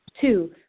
Two